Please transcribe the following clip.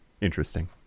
interesting